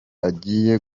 agiye